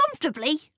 comfortably